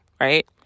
right